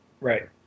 right